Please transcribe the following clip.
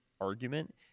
argument